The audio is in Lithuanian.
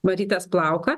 marytės plauką